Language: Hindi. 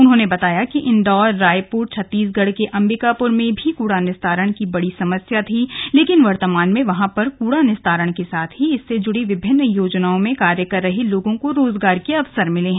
उन्होंने बताया कि इंदौर रायूपर छतीसगढ़ के अम्बिकापुर में भी कूड़ा निस्तारण की बड़ी समस्या थी लेकिन वर्तमान में वहां पर कूड़ा निस्तारण के साथ ही इससे जुड़ी विभिन्न योजनाओं में कार्य कर रहे लोगों को रोजगार के अवसर मिले हैं